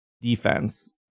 defense